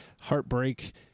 Heartbreak